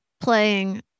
playing